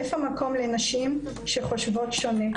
איפה מקום לנשים שחושבות שונה,